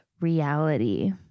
REALITY